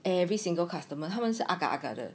every single customer 他们是 agak agak 的